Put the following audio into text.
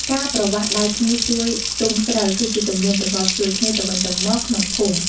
ការប្រវាស់ដៃគ្នាជួយស្ទូងស្រូវ គឺជាទំនៀមទម្លាប់ជួយគ្នាទៅវិញទៅមកក្នុងភូមិ។